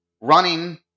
running